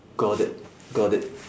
got it got it